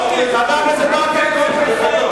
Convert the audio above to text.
חבר הכנסת ברכה, אני קורא אותך לסדר.